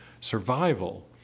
survival